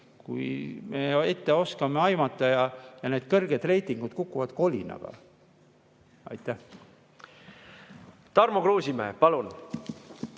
kui me ette oskame aimata. Ja need kõrged reitingud kukuvad kolinaga. Tarmo Kruusimäe, palun!